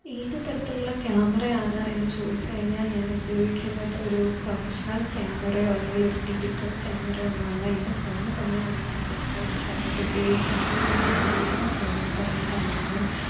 ഏത് തരത്തിലുള്ള ക്യാമറയാണ് എന്ന് ചോദിച്ച് കഴിഞ്ഞാൽ ഞാൻ ഉപയോഗിക്കുന്നത് ഒരു പ്രൊഫഷണൽ ക്യാമറയോ അല്ലെങ്കിൽ ഒര് ഡിജിറ്റൽ ക്യാമറയൊന്നുമല്ല എൻ്റെ ഫോണിൽ തന്നെയാണ് ഞാൻ ഫോട്ടോ എടുക്കാനായിട്ട് ഉപയോഗിക്കുന്നത് ഞാൻ ഉപയോഗിക്കുന്ന ഫോണെന്ന് പറയുന്നത് ഐ ഫോൺ